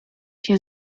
się